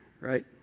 right